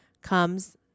comes